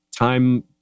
time